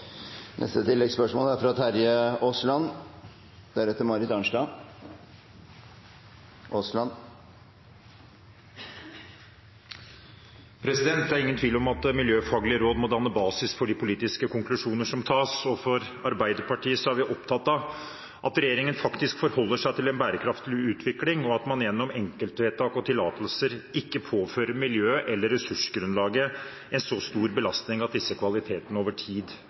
Terje Aasland – til oppfølgingsspørsmål. Det er ingen tvil om at miljøfaglige råd må danne basis for de politiske konklusjoner som trekkes. I Arbeiderpartiet er vi opptatt av at regjeringen forholder seg til en bærekraftig utvikling, og at man gjennom enkeltvedtak og tillatelser ikke påfører miljøet eller ressursgrunnlaget en så stor belastning at disse kvalitetene over tid